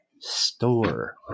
store